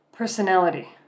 Personality